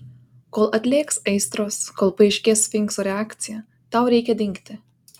kol atlėgs aistros kol paaiškės sfinkso reakcija tau reikia dingti